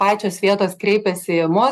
pačios vietos kreipiasi į mus